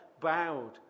bowed